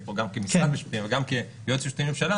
פה גם כמשרד משפטים וגם כיועץ משפטי לממשלה